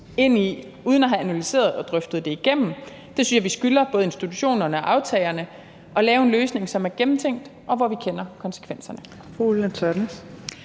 ind i uden at have analyseret og drøftet det. Jeg synes, vi skylder både institutionerne og aftagerne at lave en løsning, som er gennemtænkt, og hvor vi kender konsekvenserne.